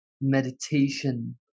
meditation